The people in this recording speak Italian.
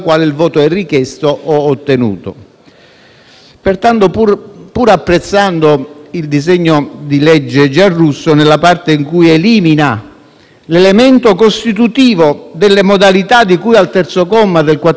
Pertanto, pur apprezzando il disegno di legge Giarrusso nella parte in cui elimina l'elemento costitutivo delle modalità di cui al terzo comma del 416-*bis*, tuttavia,